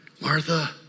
Martha